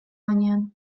gainean